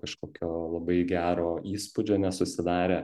kažkokio labai gero įspūdžio nesusidarė